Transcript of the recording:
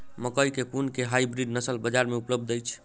मकई केँ कुन केँ हाइब्रिड नस्ल बजार मे उपलब्ध अछि?